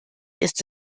ist